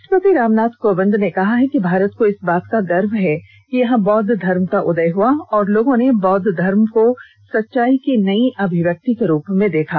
राष्ट्रपति रामनाथ कोविंद ने कहा है कि भारत को इस बात का गर्व है कि यहां बौद्ध धर्म का उदय हआ और लोगों ने बौद्व धर्म को सच्चाई की नई अभिव्यक्ति के रूप में देखा